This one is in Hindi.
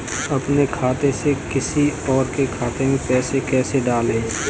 अपने खाते से किसी और के खाते में पैसे कैसे डालें?